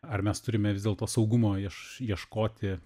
ar mes turime vis dėlto saugumo ieš ieškoti